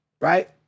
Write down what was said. Right